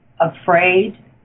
afraid